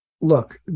Look